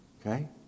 Okay